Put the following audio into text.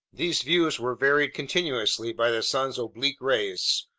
these views were varied continuously by the sun's oblique rays,